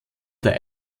der